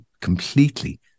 completely